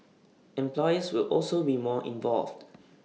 employees will also be more involved